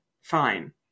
Fine